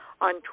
on